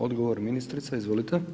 Odgovor ministrice, izvolite.